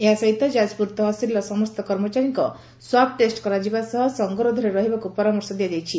ଏହା ସହିତ ଯାକପୁର ତହସିଲର ସମସ୍ତ କର୍ମଚାରୀଙ୍କ ସ୍ୱାବ ଟେଷ୍ଟ କରାଯିବା ସହ ସଙ୍ଗରୋଧରେ ରହିବାକୁ ପରାମର୍ଶ ଦିଆଯାଇଛି